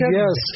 yes